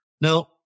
Now